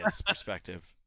perspective